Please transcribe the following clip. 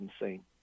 insane